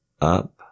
up